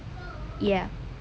ya